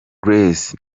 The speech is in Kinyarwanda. grace